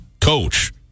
coach